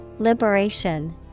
Liberation